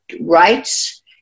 rights